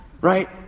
Right